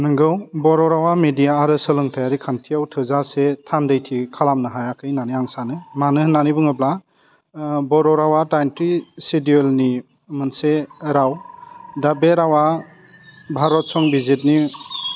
नोंगौ बर' रावा मेडिया आरो सोलोंथाइयारि खान्थियाव थोजासे थान्दैथि खालामनो हायाखै होन्नानै आं सानो मानो होन्नानै बुङोब्ला बर' रावा दाइनथि सिदोलनि मोनसे राव दा बे रावा भारत संबिजितनि